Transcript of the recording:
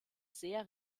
sehr